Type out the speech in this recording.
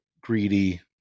greedy